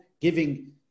giving